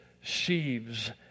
sheaves